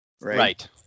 Right